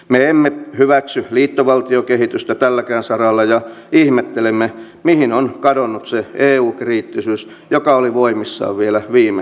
me emme hyväksy liittovaltiokehitystä tälläkään saralla ja ihmettelemme mihin on kadonnut se eu kriittisyys joka oli voimissaan vielä viime kaudella